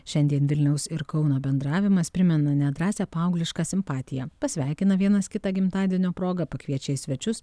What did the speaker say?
šiandien vilniaus ir kauno bendravimas primena nedrąsią paauglišką simpatiją pasveikina vienas kitą gimtadienio proga pakviečia į svečius